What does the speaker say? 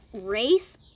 race